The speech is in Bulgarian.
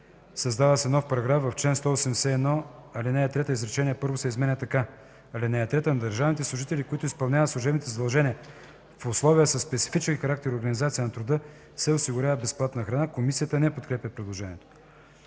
„Създава се нов §…:„§… В чл. 181, ал. 3, изречение първо се изменя така: „(3) На държавните служители, които изпълняват служебните си задължения в условия със специфичен характер и организация на труда се осигурява безплатна храна.” Комисията не подкрепя предложението.